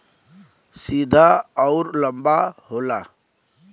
सीधा अउर लंबा होला